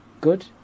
good